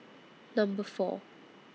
Number four